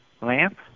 lamp